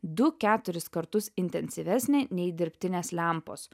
du keturis kartus intensyvesnė nei dirbtinės lempos